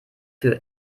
für